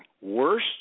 worse